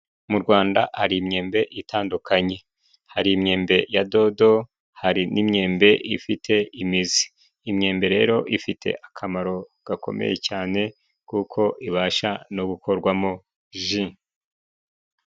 Mu Rwanda hari imyembe itandukanye, hari imyenda ya dodo hari n'imyembe ifite imizi. Imyembe rero ifite akamaro gakomeye cyane kuko ibasha no gukorwamo ji.